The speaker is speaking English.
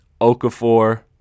Okafor